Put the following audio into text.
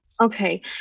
Okay